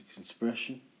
expression